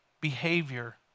behavior